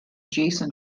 jason